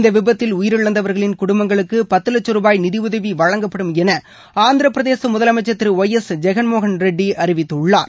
இந்த விபத்தில் உயிரிழந்தவர்களின் குடும்பங்களுக்கு பத்து லட்சும் ரூபாய் நிதியதவி வழங்கப்படும் என ஆந்திரப்பிரதேச முதலமைச்சர் திரு ஒய் எஸ் ஜெகன்மோகன் ரெட்டி அறிவித்துள்ளார்